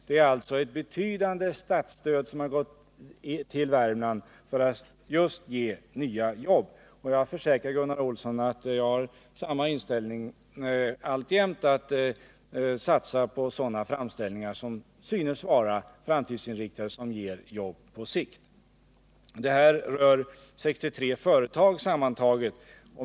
Det är alltså ett betydande statsstöd som gått till Värmland för att ge just nya jobb. Jag försäkrar Gunnar Olsson att jag har samma inställning alltjämt. Vi skall satsa på sådana framställningar som synes vara framtidsinriktade och som ger jobb på sikt. Stödet rör 63 företag sammantaget.